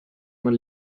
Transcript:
man